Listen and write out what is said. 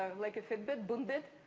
like a fitbit, boon-dit,